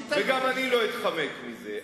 הציבור יודע היטב, וגם אני לא אתחמק מזה.